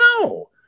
No